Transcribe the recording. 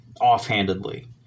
offhandedly